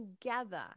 together